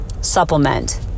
supplement